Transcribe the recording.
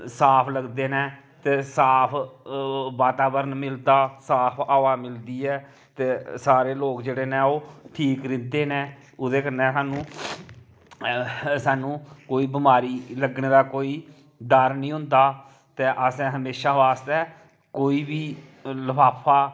साफ लगदे न ते साफ वातावरण मिलदा साफ हवा मिलदी ऐ ते सारे लोग जेह्ड़े न ओह् ठीक रैंह्दे न ओह्दे कन्नै सानूं सानूं कोई बमारी लग्गने दा कोई डर निं होंदा ते असें हमेशा बास्तै कोई बी लफाफा